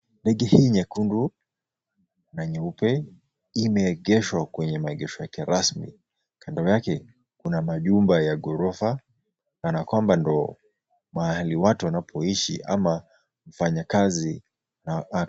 Ndege hii nyekundu na nyeupe imeegeshwa kwenye maegesho yake rasmi. Kando yake kuna majumba ya ghorofa kanakwamba ndo mahali watu wanapoishi ama mfanyakazi.